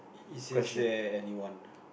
it says there anyone